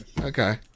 Okay